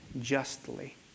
justly